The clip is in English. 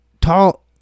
tall